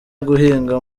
guhinga